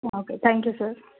okay thank you sir